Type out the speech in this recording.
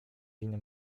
winy